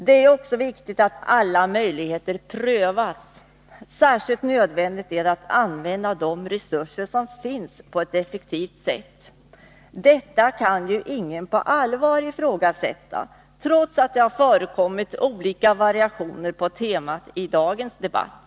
Det är också viktigt att alla möjligheter prövas. Särskilt nödvändigt är det att använda de resurser som finns på ett effektivt sätt. Detta kan ingen på allvar ifrågasätta, trots att det har förekommit olika variationer på temat i dagens debatt.